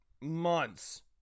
months